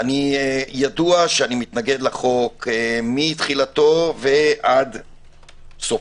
ידוע שאני מתנגד לחוק מתחילתו ועד סופו,